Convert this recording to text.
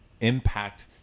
impact